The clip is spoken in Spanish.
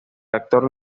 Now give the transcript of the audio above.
actor